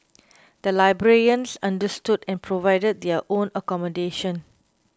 the librarians understood and provided their own accommodation